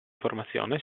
formazione